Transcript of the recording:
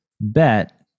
bet